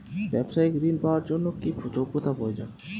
ব্যবসায়িক ঋণ পাওয়ার জন্যে কি যোগ্যতা প্রয়োজন?